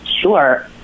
Sure